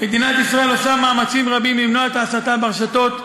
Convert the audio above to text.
מדינת ישראל עושה מאמצים רבים למנוע את ההסתה ברשתות החברתיות,